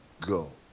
go